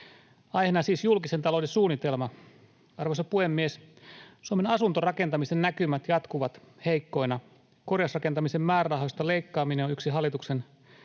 Aiheena siis julkisen talouden suunnitelma. Arvoisa puhemies! Suomen asuntorakentamisen näkymät jatkuvat heikkoina. Korjausrakentamisen määrärahoista leikkaaminen on yksi hallituksen